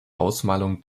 ausmalung